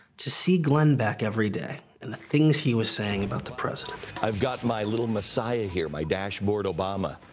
to see glenn beck every day and the things he was saying about the president. i've got my little messiah here, my dashboard obama.